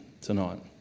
tonight